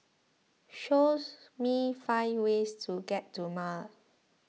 show me five ways to get to Male